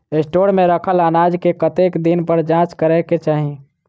Store मे रखल अनाज केँ कतेक दिन पर जाँच करै केँ चाहि?